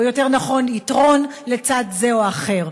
או יותר נכון, יתרון לצד זה או אחר.